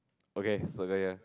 okay so there ya